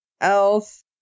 else